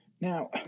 Now